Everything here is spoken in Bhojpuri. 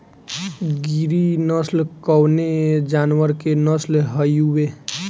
गिरी नश्ल कवने जानवर के नस्ल हयुवे?